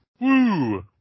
Woo